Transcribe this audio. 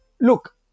look